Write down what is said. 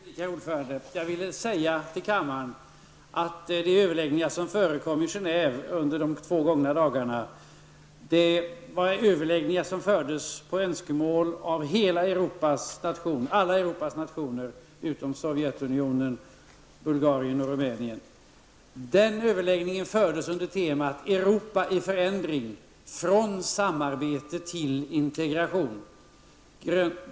Herr talman! Det skall bli en kort replik. Jag vill säga till kammaren att de överläggningar som förekommit i Genève under de två gångna dagarna fördes på önskemål av alla Europas nationer utom Sovjetunionen, Bulgarien och Rumänien. De överläggningarna fördes under temat Europa i förändring -- från samarbete till integration.